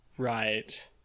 Right